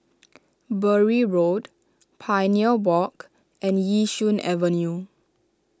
Bury Road Pioneer Walk and Yishun Avenue